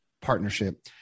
partnership